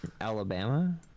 Alabama